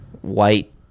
white